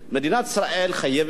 מדינת ישראל חייבת,